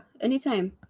anytime